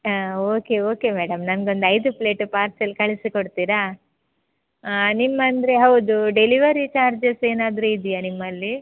ಹಾಂ okay okay madam ನನ್ಗೊಂದು ಐದು ಪ್ಲೇಟ್ ಪಾರ್ಸೆಲ್ ಕಳಿಸಿ ಕೊಡ್ತಿರಾ ನಿಮ್ಮ ಅಂದರೆ ಹೌದು ಡೆಲಿವರಿ ಚಾರ್ಜಸ್ ಏನಾದರೂ ಇದೆಯಾ ನಿಮ್ಮಲ್ಲಿ